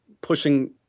pushing